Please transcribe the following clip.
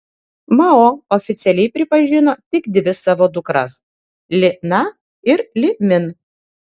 mao oficialiai pripažino tik dvi savo dukras li na ir li min